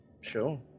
Sure